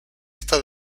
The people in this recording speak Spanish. esta